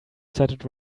started